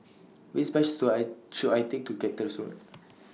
Which Bus should I should I Take to Cactus Road